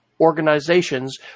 organizations